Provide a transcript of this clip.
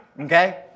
Okay